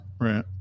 Right